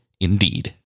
Indeed